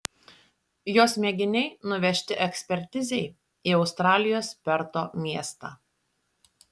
jos mėginiai nuvežti ekspertizei į australijos perto miestą